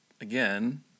again